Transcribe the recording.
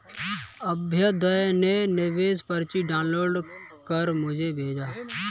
अभ्युदय ने निवेश पर्ची डाउनलोड कर मुझें भेजा